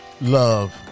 love